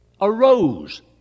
arose